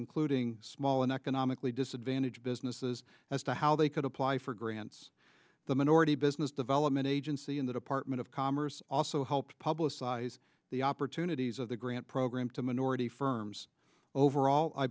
including small and economically disadvantaged businesses as to how they could apply for grants the minority business development agency in the department of commerce also helped publicize the opportunities of the grant program to minority firms overall i